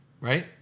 right